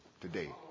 today